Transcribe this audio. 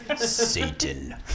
Satan